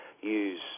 use